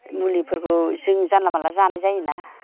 मुलिफोरखौ जों जानला मानला जानाय जायोना